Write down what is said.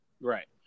Right